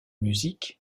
musique